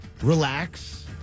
relax